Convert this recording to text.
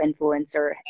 influencer